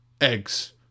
eggs